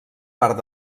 part